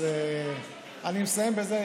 אז אני מסיים בזה,